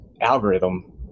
algorithm